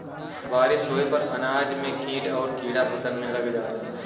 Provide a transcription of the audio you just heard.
बारिस होये पर अनाज में कीट आउर कीड़ा फसल में लग जाला